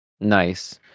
Nice